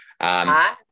Hi